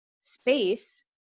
space